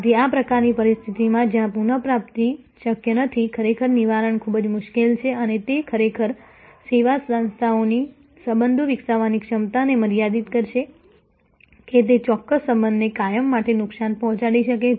તેથી આ પ્રકારની પરિસ્થિતિમાં જ્યાં પુનઃપ્રાપ્તિ શક્ય નથી ખરેખર નિવારણ ખૂબ મુશ્કેલ છે અને તે ખરેખર સેવા સંસ્થાઓની સંબંધો વિકસાવવાની ક્ષમતાને મર્યાદિત કરશે કે તે ચોક્કસ સંબંધને કાયમ માટે નુકસાન પહોંચાડી શકે છે